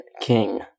King